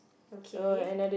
okay